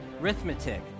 Arithmetic